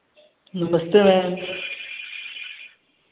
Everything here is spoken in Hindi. नमस्ते मेम